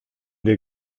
der